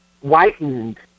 whitened